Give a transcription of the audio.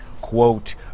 quote